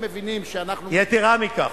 הם מבינים שאנחנו, יתירה מכך,